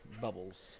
bubbles